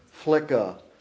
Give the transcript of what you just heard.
Flicka